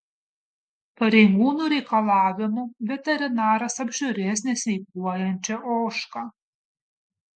pareigūnų reikalavimu veterinaras apžiūrės nesveikuojančią ožką